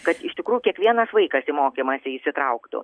kad iš tikrųjų kiekvienas vaikas į mokymąsi įsitrauktų